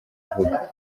avuga